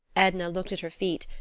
edna looked at her feet,